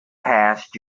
past